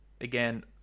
again